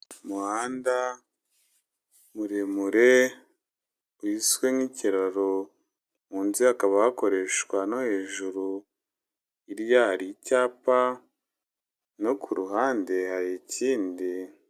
Umuhanda muremure wiswe nk'ikiraro, munsi hakaba hakoreshwa no hejuru, hirya hari icyapa no ku ruhande hari ikindi.